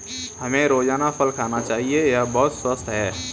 हमें रोजाना फल खाना चाहिए, यह बहुत स्वस्थ है